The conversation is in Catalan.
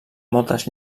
moltes